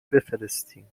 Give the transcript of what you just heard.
بفرستیم